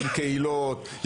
עם קהילות,